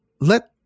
let